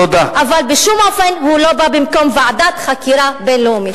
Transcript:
אבל בשום אופן הוא לא בא במקום ועדת חקירה בין-לאומית.